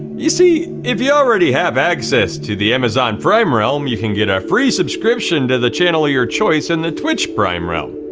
you see, if you already have access to the amazon prime realm, you can get a free subscription to the channel of your choice in the twitch prime realm.